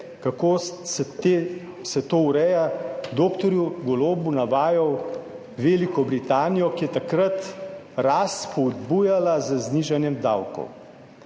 kako se to ureja, dr. Golobu navajal Veliko Britanijo, ki je takrat rast spodbujala z znižanjem davkov.